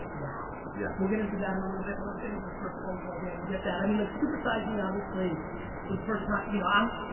wow. yeah. we'll get into that in a little bit, but let's get into the first phone calls. andy, get that. i mean, like, supersize me obviously was the first time, you know, i'm,